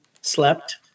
slept